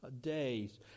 days